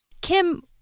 Kim